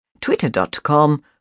Twitter.com